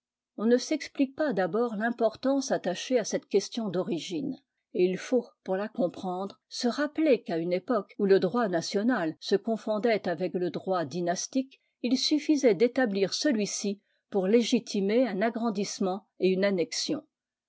on ne s'explique pas d'abord l'importance attachée à cette question d'origine et il faut pour la comprendre se rappeler qu'à une époque où le droit national se confondait avec le droit dynastique il suffisait d'établir celui-ci pour légitimer un agrandissement et une annexion